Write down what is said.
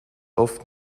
oft